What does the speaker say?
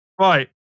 Right